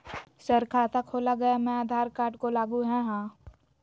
Sir खाता खोला गया मैं आधार कार्ड को लागू है हां?